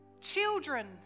Children